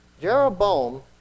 Jeroboam